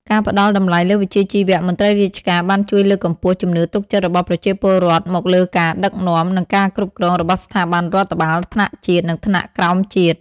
ការផ្តល់តម្លៃលើវិជ្ជាជីវៈមន្ត្រីរាជការបានជួយលើកកម្ពស់ជំនឿទុកចិត្តរបស់ប្រជាពលរដ្ឋមកលើការដឹកនាំ និងការគ្រប់គ្រងរបស់ស្ថាប័នរដ្ឋបាលថ្នាក់ជាតិ និងថ្នាក់ក្រោមជាតិ។